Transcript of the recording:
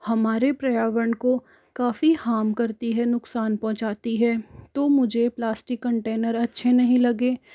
हमारे पर्यावरण को काफ़ी हार्म करती है नुकसान पहुँचाती है तो मुझे प्लास्टिक कंटेनर अच्छे नहीं लगे